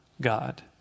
God